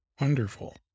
Wonderful